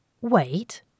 Wait